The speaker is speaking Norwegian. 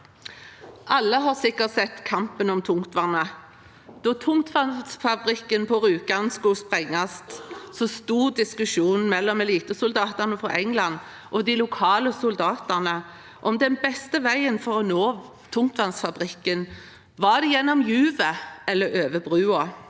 Alle har sikkert sett Kampen om tungtvannet. Da tungtvannsfabrikken på Rjukan skulle sprenges, sto diskusjonen mellom elitesoldatene fra England og de lokale soldatene om den beste veien for å nå tungtvannsfabrikken. Var det gjennom juvet eller over broen?